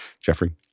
Jeffrey